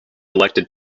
elected